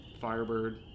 Firebird